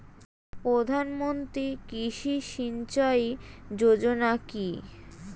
প্রধানমন্ত্রী কৃষি সিঞ্চয়ী যোজনা কি?